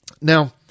Now